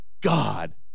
God